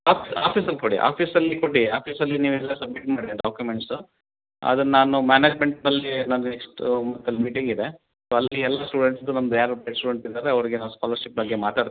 of ಆಫೀಸಲ್ಲಿ ಕೊಡಿ ಆಫೀಸಲ್ಲಿ ಕೊಡಿ ಆಫೀಸಲ್ಲಿ ನೀವು ಎಲ್ಲ ಸಬ್ಮಿಟ್ ಮಾಡಿ ಡಾಕ್ಯುಮೆಂಟ್ಸು ಅದನ್ನು ನಾನು ಮ್ಯಾನೇಜ್ಮೆಂಟ್ನಲ್ಲಿ ನಾನು ನೆಕ್ಸ್ಟು ಮಂತಲ್ಲಿ ಮೀಟಿಂಗ್ ಇದೆ ಸೊ ಅಲ್ಲಿ ಎಲ್ಲ ಸ್ಟೂಡೆಂಟ್ಸಿದು ನಮ್ದು ಯಾರು ಬೆಸ್ಟ್ ಸ್ಟೂಡೆಂಟ್ ಇದ್ದಾರೆ ಅವರಿಗೆ ನಾವು ಸ್ಕಾಲರ್ಶಿಪ್ ಬಗ್ಗೆ ಮಾತಾಡ್ತೀವಿ